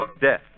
Death